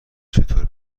چطور